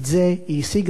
את זה היא השיגה.